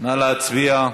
נא להצביע.